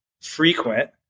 frequent